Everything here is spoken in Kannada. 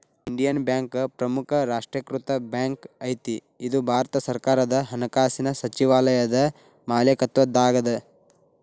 ಇಂಡಿಯನ್ ಬ್ಯಾಂಕ್ ಪ್ರಮುಖ ರಾಷ್ಟ್ರೇಕೃತ ಬ್ಯಾಂಕ್ ಐತಿ ಇದು ಭಾರತ ಸರ್ಕಾರದ ಹಣಕಾಸಿನ್ ಸಚಿವಾಲಯದ ಮಾಲೇಕತ್ವದಾಗದ